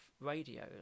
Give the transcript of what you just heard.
radio